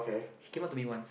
he came up to me once